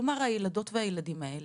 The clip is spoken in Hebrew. כלומר, הילדות והילדים האלה,